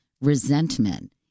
resentment